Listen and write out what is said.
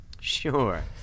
Sure